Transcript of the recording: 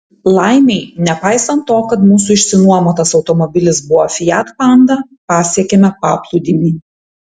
laimei nepaisant to kad mūsų išsinuomotas automobilis buvo fiat panda pasiekėme paplūdimį